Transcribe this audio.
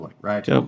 Right